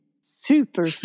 super